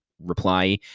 reply